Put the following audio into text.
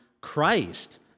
Christ